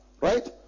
Right